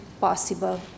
possible